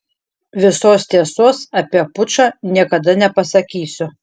visos tiesos apie pučą niekada nepasakysiu